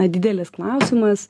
didelis klausimas